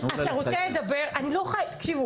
אתה רוצה לדבר - תקשיבו,